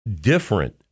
different